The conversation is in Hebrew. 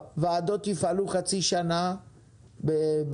הוועדות יפעלו חצי שנה באישורי.